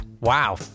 Wow